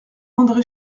andré